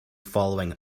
following